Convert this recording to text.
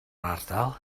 ardal